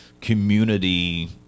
community